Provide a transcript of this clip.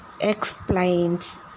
explains